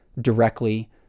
directly